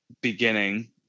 beginning